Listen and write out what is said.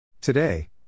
Today